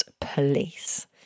police